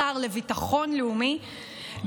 השר לביטחון לאומי,